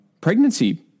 pregnancy